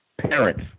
parents